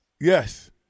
Yes